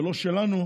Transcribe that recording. ולא שלנו,